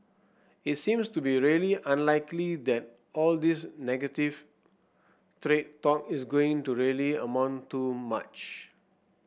it seems to be really unlikely that all this negative trade talk is going to really amount to much